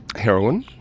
heroin.